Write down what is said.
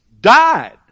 died